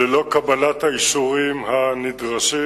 ללא קבלת האישורים הנדרשים.